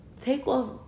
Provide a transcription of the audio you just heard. Takeoff